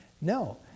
No